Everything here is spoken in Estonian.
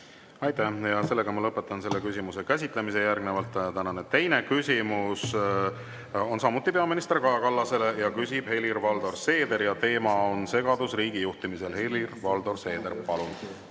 Aitäh! Ma lõpetan selle küsimuse käsitlemise. Järgnevalt tänane teine küsimus, see on samuti peaminister Kaja Kallasele ja küsib Helir-Valdor Seeder. Teema on segadus riigi juhtimisel. Helir‑Valdor Seeder, palun!